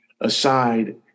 aside